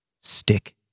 Stick